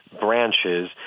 branches